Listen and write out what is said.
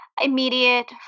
immediate